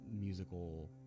musical